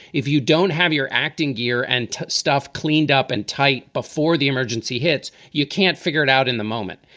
if you don't have your act in gear and stuff cleaned up and tight before the emergency hits, you can't figure it out in the moment.